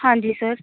ਹਾਂਜੀ ਸਰ